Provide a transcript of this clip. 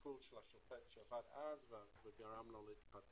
מהתסכול של השופט ומה שגרם לו להתפטר.